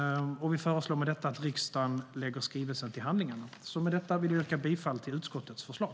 Vi föreslår att riksdagen lägger skrivelsen till handlingarna. Med detta vill jag yrka bifall till utskottets förslag.